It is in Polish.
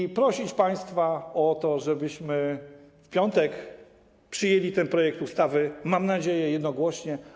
I proszę państwa o to, żebyśmy w piątek przyjęli ten projekt ustawy, mam nadzieję, jednogłośnie.